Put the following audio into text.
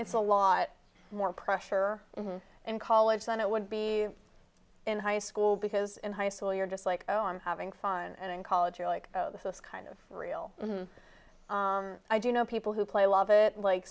it's a lot more pressure in college than it would be in high school because in high school you're just like having fun and in college you're like oh this is kind of real i do know people who play a lot of it like